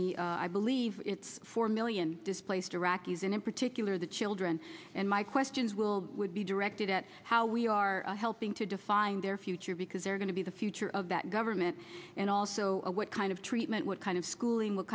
the i believe it's four million displaced iraqis and in particular the children and my questions will would be directed at how we are helping to define their future because they're going to be the future of that government and also what kind of treatment what kind of schooling what